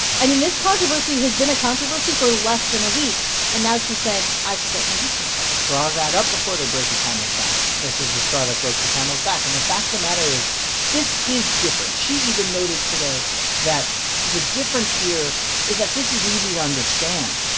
i mean, this controversy has been a controversy for less than a week. and now she's saying i support an impeachment inquiry straws add up before they break a camel's back. this is the straw that broke the camel's back. and the fact of the matter is this is different. she even noted today that the difference here is that this is easy to understand.